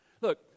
Look